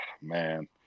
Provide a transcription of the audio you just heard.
man